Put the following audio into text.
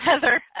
heather